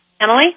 Emily